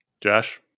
Josh